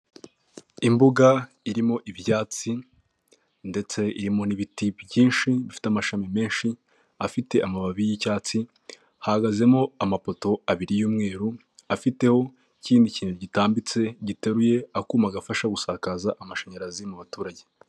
Imbuga irimo ibyatsi, ndetse irimo ibiti byinshi bifite amashami menshi afite amababi y'icyatsi, hagazemo amapoto abiri y'umweru afiteho ikindi kintu gitambitse giteruye akuma, gafasha gusakaza amashanyarazi mu baturage.